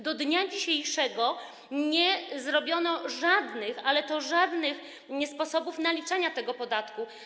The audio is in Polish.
Do dnia dzisiejszego nie przedstawiono żadnych, ale to żadnych sposobów naliczania tego podatku.